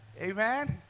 Amen